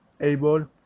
able